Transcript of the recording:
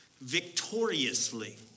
victoriously